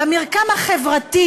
במרקם החברתי